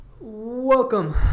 Welcome